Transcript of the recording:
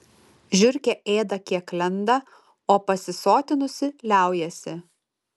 žiurkė ėda kiek lenda o pasisotinusi liaujasi